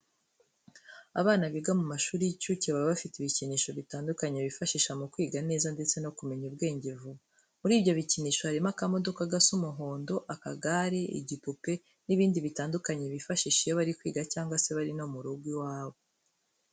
Abana biga mu mashuri y'incuke baba bafite bikinisho bitandukanye bibafasha mu kwiga neza ndetse no kumenya ubwenge vuba. Muri ibyo bikinisho harimo akamodoka gasa umuhondo, akagare, igipupe n'ibindi bitandukanye bifashisha iyo bari kwiga cyangwa se bari no mu rugo iwabo.